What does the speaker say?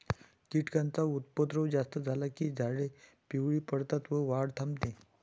कीटकांचा उपद्रव जास्त झाला की झाडे पिवळी पडतात व वाढ थांबते